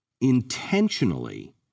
intentionally